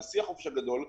בשיא החופש הגדול,